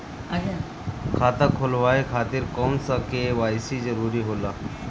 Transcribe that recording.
खाता खोलवाये खातिर कौन सा के.वाइ.सी जरूरी होला?